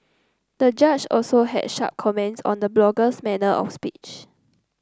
the judge also had sharp comments on the blogger's manner of speech